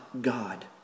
God